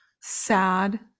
sad